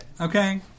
Okay